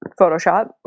Photoshop